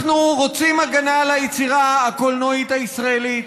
אנחנו רוצים הגנה על היצירה הקולנועית הישראלית.